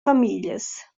famiglias